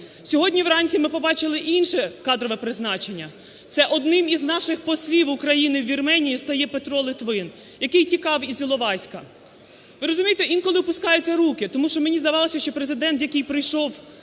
Сьогодні вранці ми побачили інше кадрове призначення. Це одним із наших послів України у Вірменії стає Петро Литвин, який тікав із Іловайська. Ви розумієте, інколи опускаються руки, тому що мені здавалося, що Президент, який прийшов